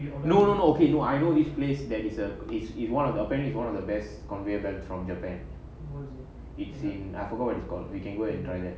no no no okay no I know this place there is a is is one of the apparently one of the best conveyor belt from japan it's in I forgot what it's called we can go and try that